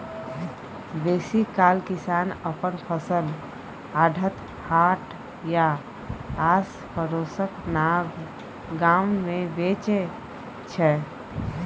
बेसीकाल किसान अपन फसल आढ़त, हाट या आसपरोसक गाम मे बेचै छै